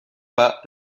pas